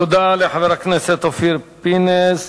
תודה לחבר הכנסת אופיר פינס.